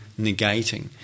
negating